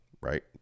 right